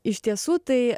iš tiesų tai